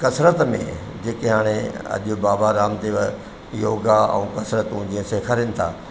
कसरत में जेके हाणे अॼु बाबा रामदेव योगा ऐं कसरतूं जीअं सेखारनि था